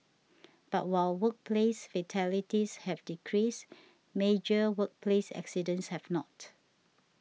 but while workplace fatalities have decreased major workplace accidents have not